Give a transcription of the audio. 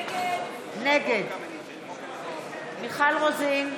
נגד מיכל רוזין,